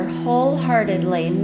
wholeheartedly